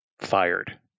fired